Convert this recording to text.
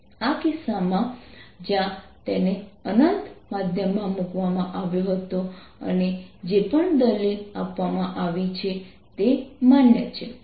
આ ખાસ કિસ્સામાં જ્યાં તેને અનંત માધ્યમમાં મૂકવામાં આવ્યો હતો અને જે પણ દલીલ આપવામાં આવી છે તે માન્ય છે